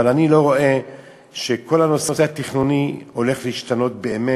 אבל אני לא רואה שכל הנושא התכנוני הולך להשתנות באמת.